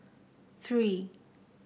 three